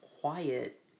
quiet